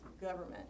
government